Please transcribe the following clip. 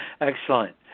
Excellent